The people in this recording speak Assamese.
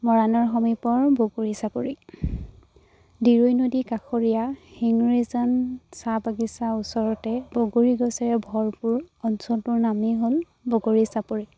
মৰাণৰ সমিপৰ বগৰী চাপৰি দিৰৈ নদীৰ কাষৰীয়া শিঙৰিজান চাহ বাগিচাৰ ওচৰতে বগৰী গছেৰে ভৰপূৰ অঞ্চলটোৰ নামেই হ'ল বগৰী চাপৰি